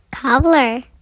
Cobbler